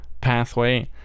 pathway